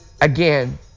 Again